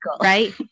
right